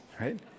Right